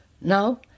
now